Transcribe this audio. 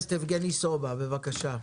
הכנסת יבגני סובה, בבקשה.